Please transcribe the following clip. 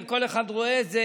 כל אחד רואה את זה,